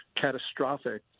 catastrophic